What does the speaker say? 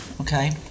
okay